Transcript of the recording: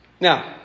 Now